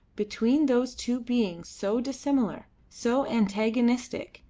between those two beings so dissimilar, so antagonistic,